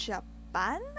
Japan